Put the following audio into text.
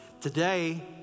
Today